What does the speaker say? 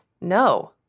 No